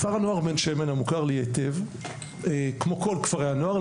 כפר הנוער בן שמן המוכר לי היטב כמו כל כפרי הנוער,